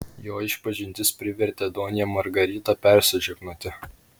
jo išpažintis privertė donją margaritą persižegnoti